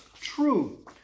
True